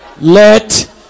Let